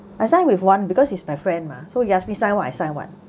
I signed with one because he's my friend mah so he asked my sign what I sign what